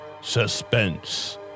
suspense